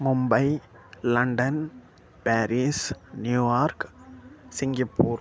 Mumbai London Paris New York Singapore